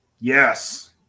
Yes